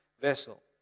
vessel